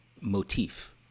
motif